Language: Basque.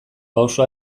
pausu